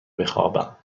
بخوابم